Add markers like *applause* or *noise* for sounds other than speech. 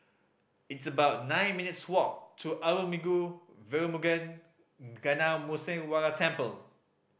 it's about nine minutes' walk to Arulmigu Velmurugan *hesitation* Gnanamuneeswarar Temple